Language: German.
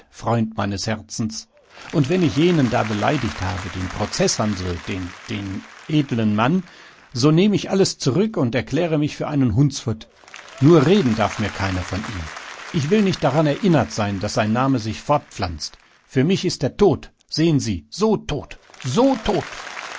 freund meines herzens und wenn ich jenen da beleidigt habe den prozeßhansl den den edlen mann so nehm ich alles zurück und erkläre mich für einen hundsfott nur reden darf mir keiner von ihm ich will nicht daran erinnert sein daß sein name sich fortpflanzt für mich ist er tot sehen sie so tot so tot